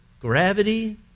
gravity